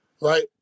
Right